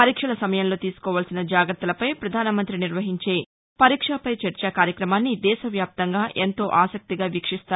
పరీక్షల సమయంలో తీసుకోవల్సిన జాగ్రత్తలపై పధానమంత్రి నిర్వహించే పరీక్షా పై చర్చ కార్యక్రమాన్ని దేశ వ్యాప్తంగా ఎంతో ఆసక్తిగా వీక్షిస్తారు